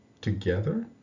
together